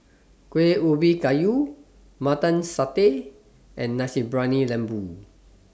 Kueh Ubi Kayu Mutton Satay and Nasi Briyani Lembu